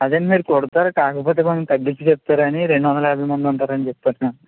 అదే మీరు కుడతారు కాకపోతే కొంచెం తగ్గిచ్చి చెప్తారని రెండు వందల యాభై మంది ఉంటారని చెప్పాను